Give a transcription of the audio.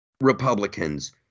Republicans